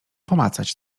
pomacać